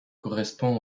correspond